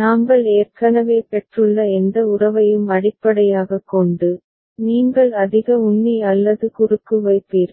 நாங்கள் ஏற்கனவே பெற்றுள்ள எந்த உறவையும் அடிப்படையாகக் கொண்டு நீங்கள் அதிக உண்ணி அல்லது குறுக்கு வைப்பீர்கள்